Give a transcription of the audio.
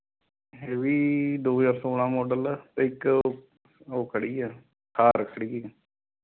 ਇਹ ਵੀ ਦੋ ਹਜ਼ਾਰ ਸੋਲ਼ਾਂ ਮੋਡਲ ਅਤੇ ਇੱਕ ਉਹ ਖੜੀ ਹੈ ਥਾਰ ਖੜੀ ਹੈ